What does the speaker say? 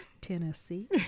tennessee